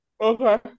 Okay